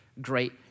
great